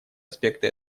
аспекты